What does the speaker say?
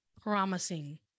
promising